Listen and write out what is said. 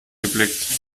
geblickt